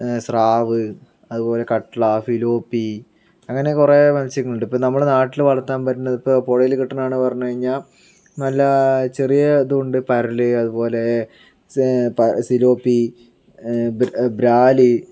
സ്രാവ് അതുപോലെ കട്ട്ള ഫിലോപ്പി അങ്ങനെ കുറെ മൽസ്യങ്ങളുണ്ട് ഇപ്പോൾ നമ്മുടെ നാട്ടില് വളർത്താൻ പറ്റുന്നതിപ്പോൾ പുഴയില് കിട്ടുന്നതെന്ന് പറഞ്ഞ് കഴിഞ്ഞാൽ നല്ല ചെറിയ ഇതുണ്ട് പരല് അതുപോലെ സെ സിലോപ്പി ബ്രാല്